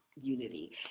unity